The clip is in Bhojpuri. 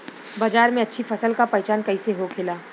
बाजार में अच्छी फसल का पहचान कैसे होखेला?